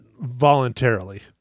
voluntarily